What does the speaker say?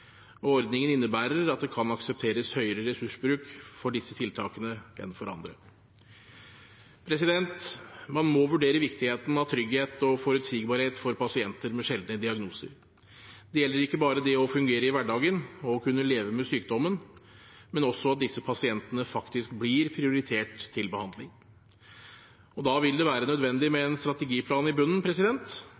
Ordningen innebærer at det kan aksepteres høyere ressursbruk for disse tiltakene enn for andre. Man må vurdere viktigheten av trygghet og forutsigbarhet for pasienter med sjeldne diagnoser. Det gjelder ikke bare det å fungere i hverdagen og å kunne leve med sykdommen, men også at disse pasientene faktisk blir prioritert til behandling. Da vil det være nødvendig med en strategiplan i bunnen